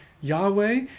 Yahweh